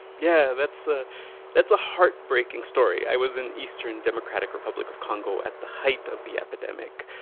yeah, that's ah that's a heartbreaking story. i was in eastern democratic republic of congo at the height of the epidemic,